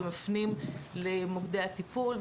ומפנים למוקדי הטיפול,